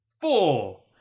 Four